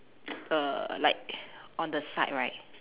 err like on the side right